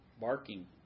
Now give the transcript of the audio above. Barking